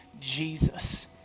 Jesus